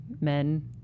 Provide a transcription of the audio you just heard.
men